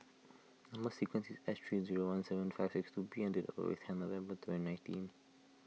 Number Sequence is S three zero one seven five six two B and date of birth is ten November twenty nineteen